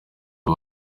ubu